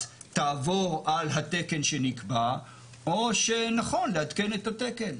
תעבור על התקן שנקבע או שנכון לעדכן את התקן.